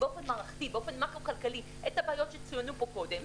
באופן מערכתי באופן מקרו כלכלי את הבעיות שצוינו פה קודם,